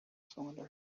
cylinder